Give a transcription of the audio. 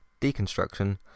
deconstruction